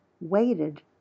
waited